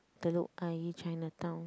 Telok-Ayer Chinatown